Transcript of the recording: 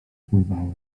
pływały